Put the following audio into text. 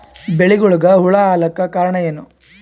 ಬೆಳಿಗೊಳಿಗ ಹುಳ ಆಲಕ್ಕ ಕಾರಣಯೇನು?